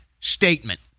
statement